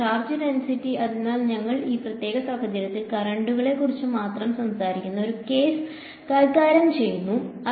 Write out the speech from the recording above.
charge density അതിനാൽ ഞങ്ങൾ ഈ പ്രത്യേക സാഹചര്യത്തിൽ കറന്റുകളെ കുറിച്ച് മാത്രം സംസാരിക്കുന്ന ഒരു കേസ് കൈകാര്യം ചെയ്യുന്നു ശരി